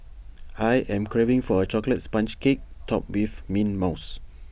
I am craving for A Chocolate Sponge Cake Topped with Mint Mousse